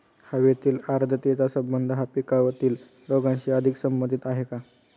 हवेतील आर्द्रतेचा संबंध हा पिकातील रोगांशी अधिक संबंधित आहे का?